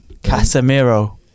Casemiro